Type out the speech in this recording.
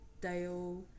dale